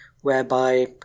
whereby